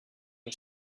ihr